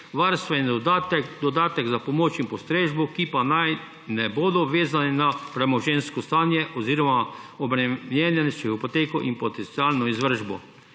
dodatek, dodatek za pomoč in postrežbo, ki pa naj ne bodo vezani na premoženjsko stanje oziroma obremenjeni s hipoteko in potencialno izvršbo,